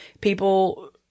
People